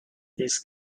this